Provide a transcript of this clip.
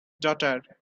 daughter